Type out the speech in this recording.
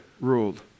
ruled